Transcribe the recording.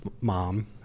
mom